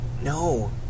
No